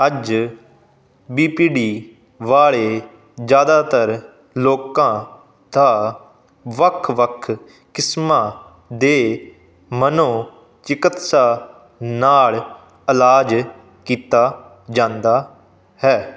ਅੱਜ B P D ਵਾਲੇ ਜ਼ਿਆਦਾਤਰ ਲੋਕਾਂ ਦਾ ਵੱਖ ਵੱਖ ਕਿਸਮਾਂ ਦੇ ਮਨੋਚਿਕਿਤਸਾ ਨਾਲ ਇਲਾਜ ਕੀਤਾ ਜਾਂਦਾ ਹੈ